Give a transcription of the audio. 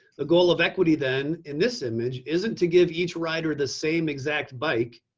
the goal of equity then in this image, isn't to give each rider the same exact bike.